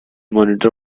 monitor